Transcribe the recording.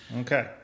Okay